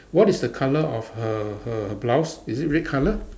what is the colour of her her blouse is it red colour